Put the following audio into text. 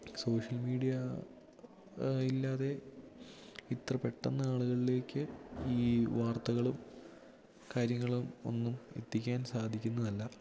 social media ഇല്ലാതെ ഇത്ര പെട്ടന്ന് ആളുകളിലേക്ക് ഈ വാർത്തകളും കാര്യങ്ങളും ഒന്നും എത്തിക്കാൻ സാധിക്കുന്നതല്ല